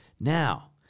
Now